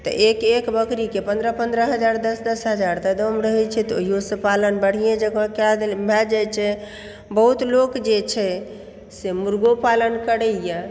तऽ एक एक बकरीके पन्द्रह पन्द्रह हजार दस दस हजार दाम रहै छै तऽ ओहियोसँ पालन बढ़िआँ जकाँ कए देल भए जाइ छै बहुत लोक जे छै से मुर्गो पालन करै यऽ